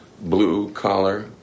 blue-collar